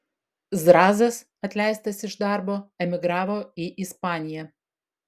zrazas atleistas iš darbo emigravo į ispaniją